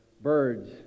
birds